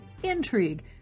Intrigue